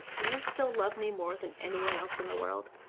do you still love me more than anyone else in the world?